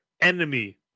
enemy